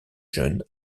jeune